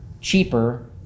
cheaper